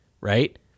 right